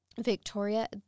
Victoria